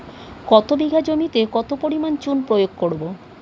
এক বিঘা জমিতে কত পরিমাণ চুন প্রয়োগ করব?